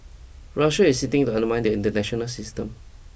Russia is sitting to undermine the international system